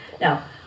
Now